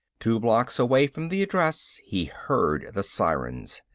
two blocks away from the address he heard the sirens.